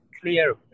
clear